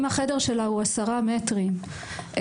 אם החדר שלה הוא 10 מטרים רבועים,